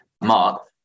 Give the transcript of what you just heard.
Mark